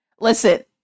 Listen